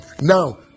now